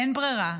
אין ברירה.